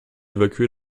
évacué